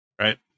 right